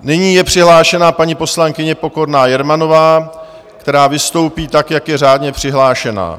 Nyní je přihlášena paní poslankyně Pokorná Jermanová, která vystoupí tak, jak je řádně přihlášena.